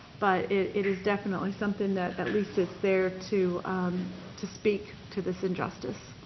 but it is definitely something that at least it's there to to speak to this injustice.